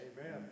Amen